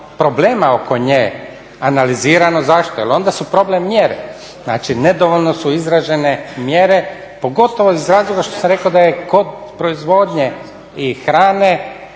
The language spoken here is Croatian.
problema oko nje analizirano. Zašto? Jer onda su problem mjere, znači nedovoljno su izražene mjere pogotovo iz razloga što sam rekao da je kod proizvodnje i hrane